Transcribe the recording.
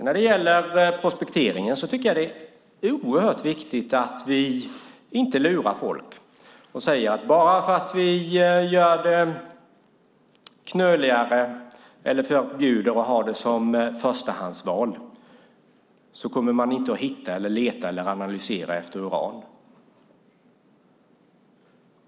När det gäller prospekteringen tycker jag att det är oerhört viktigt att vi inte lurar folk och säger: Eftersom vi gör det knöligare eller förbjuder att man har det som förstahandsval kommer man inte att hitta, leta efter eller analysera uran.